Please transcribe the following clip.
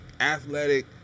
athletic